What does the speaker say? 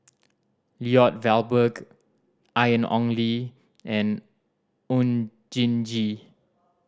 Lloyd Valberg Ian Ong Li and Oon Jin Gee